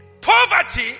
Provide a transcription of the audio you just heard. poverty